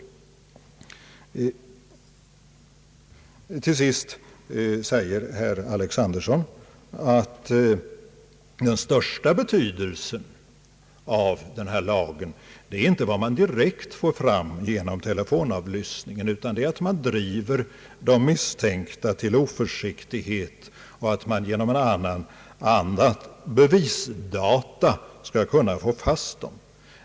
Herr Alexanderson säger till sist att den största betydelsen av denna lag inte är att man direkt får fram upplysningar genom telefonavlyssningen, utan att man driver de misstänkta till oförsiktighet och att man genom andra bevisdata skall kunna få fast dem.